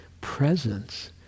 presence